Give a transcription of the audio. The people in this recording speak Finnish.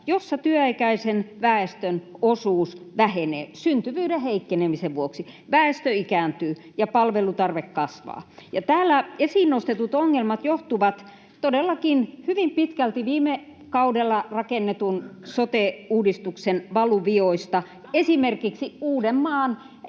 jossa työikäisen väestön osuus vähenee syntyvyyden heikkenemisen vuoksi. Väestö ikääntyy, ja palvelutarve kasvaa. Täällä esiin nostetut ongelmat johtuvat todellakin hyvin pitkälti viime kaudella rakennetun sote-uudistuksen valuvioista, esimerkiksi Uudenmaan